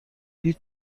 هیچ